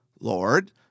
Lord